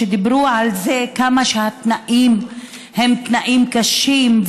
שאמרו כמה התנאים הם תנאים קשים,